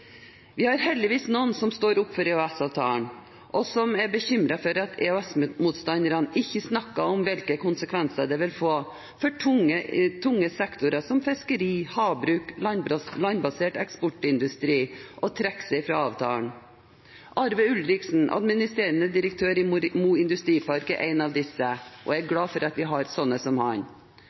Vi har heldigvis noen som står opp for EØS-avtalen, og som er bekymret for at EØS-motstanderne ikke snakker om hvilke konsekvenser det vil få for tunge sektorer som fiskeri, havbruk og landbasert eksportindustri å trekke seg fra avtalen. Arve Ulriksen, administrerende direktør i Mo Industripark, er én av disse, og jeg er glad for at vi har slike som